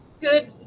good